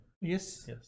Yes